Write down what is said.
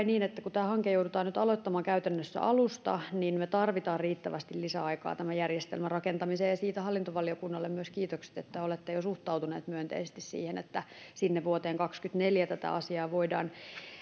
niin että kun tämä hanke joudutaan nyt aloittamaan käytännössä alusta niin me tarvitsemme riittävästi lisäaikaa tämän järjestelmän rakentamiseen siitä hallintovaliokunnalle myös kiitokset että olette jo suhtautuneet myönteisesti siihen että sinne vuoteen kaksikymmentäneljä tätä asiaa voidaan